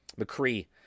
McCree